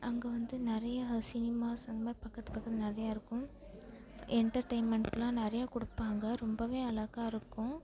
அங்கே வந்து நிறையா சினிமாஸ் அது மாதிரி பக்கத்து பக்கத்தில் நிறையா இருக்கும் எண்டர்டெயின்மெண்ட்லாம் நிறையா கொடுப்பாங்க ரொம்பவே அழகா இருக்கும்